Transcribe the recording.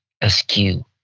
askew